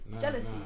Jealousy